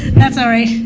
that's all right.